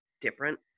different